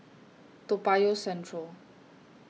Toa Payoh Central